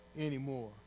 anymore